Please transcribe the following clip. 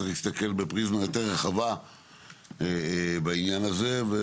צריך להסתכל בפריזמה יותר רחבה בעניין הזה.